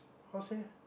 how say